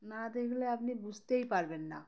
না দেখলে আপনি বুঝতেই পারবেন না